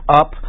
up